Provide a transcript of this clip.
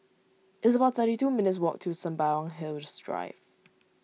it's about thirty two minutes' walk to Sembawang Hills Drive